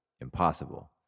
impossible